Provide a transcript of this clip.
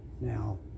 Now